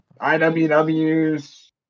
IWW's